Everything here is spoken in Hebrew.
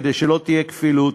כדי שלא תהיה כפילות,